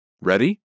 Ready